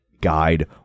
guide